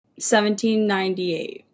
1798